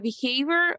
behavior